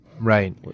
Right